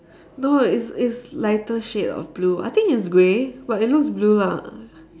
no it's it's lighter shade of blue I think it's grey but it looks blue lah